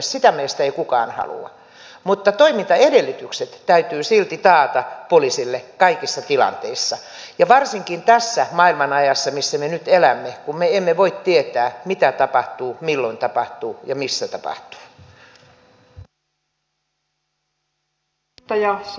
sitä meistä ei kukaan halua mutta toimintaedellytykset täytyy silti taata poliisille kaikissa tilanteissa ja varsinkin tässä maailman ajassa missä me nyt elämme kun me emme voi tietää mitä tapahtuu milloin tapahtuu ja se